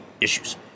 issues